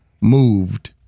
moved